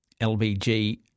LBG